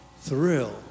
thrill